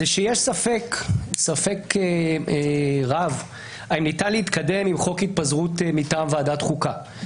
זה שיש ספק רב האם ניתן להתקדם עם חוק ההתפזרות מטעם ועדת החוקה,